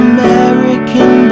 American